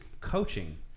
coaching